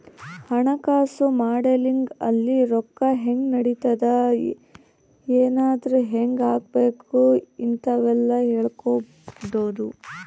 ಹಣಕಾಸು ಮಾಡೆಲಿಂಗ್ ಅಲ್ಲಿ ರೊಕ್ಕ ಹೆಂಗ್ ನಡಿತದ ಎದ್ರಾಗ್ ಹೆಂಗ ಹಾಕಬೇಕ ಇಂತವೆಲ್ಲ ಹೇಳ್ಕೊಡೋದು